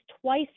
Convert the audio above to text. twice